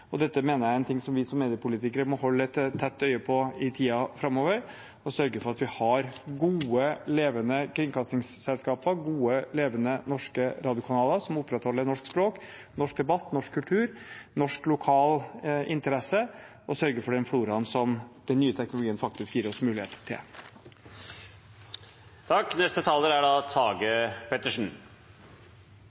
Dette mener jeg er noe som vi som mediepolitikere må holde tett øye med i tiden framover, og sørge for at vi har gode, levende kringkastingsselskaper og gode, levende, norske radiokanaler, som opprettholder norsk språk, norsk debatt, norsk kultur, norsk lokal interesse, og som sørger for den floraen som den nye teknologien faktisk gir oss muligheter til. Alt var mye bedre før, vil enkelte åpenbart hevde. Åslaug Sem-Jacobsen fra Senterpartiet er